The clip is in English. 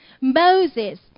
Moses